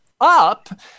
up